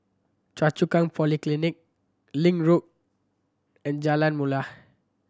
Choa Chu Kang Polyclinic Link Road and Jalan Mulia